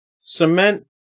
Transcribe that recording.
Cement